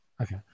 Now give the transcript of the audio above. Okay